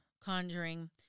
Conjuring